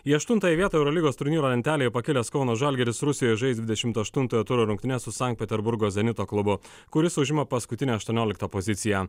į aštuntąją vietą eurolygos turnyro lentelėje pakilęs kauno žalgiris rusijoje žais dvidešimt aštuntojo turo rungtynes su sankt peterburgo zenito klubu kuris užima paskutinę aštuonioliktą poziciją